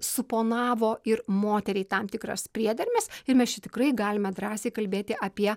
suponavo ir moteriai tam tikras priedermes ir mes čia tikrai galime drąsiai kalbėti apie